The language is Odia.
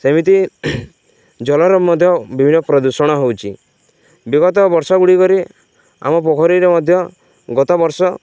ସେମିତି ଜଳର ମଧ୍ୟ ବିଭିନ୍ନ ପ୍ରଦୂଷଣ ହେଉଛି ବିଗତ ବର୍ଷଗୁଡ଼ିକରେ ଆମ ପୋଖରୀରେ ମଧ୍ୟ ଗତ ବର୍ଷ